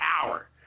power